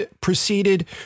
proceeded